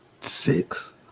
six